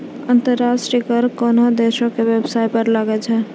अंतर्राष्ट्रीय कर कोनोह देसो के बेबसाय पर लागै छै